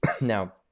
Now